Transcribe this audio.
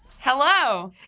Hello